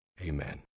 Amen